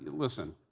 listen,